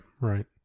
right